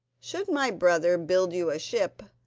should my brother build you a ship,